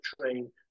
train